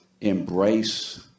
embrace